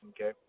Okay